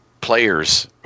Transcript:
players